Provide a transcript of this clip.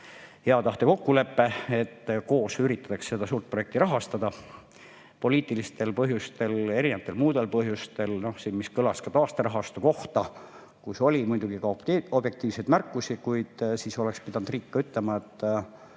hea tahte kokkulepe, et koos üritatakse seda suurt projekti rahastada. Poliitilistel põhjustel ja muudel põhjustel, mis kõlasid ka taasterahastu kohta, oli muidugi ka objektiivseid märkusi, kuid siis oleks pidanud riik ütlema, et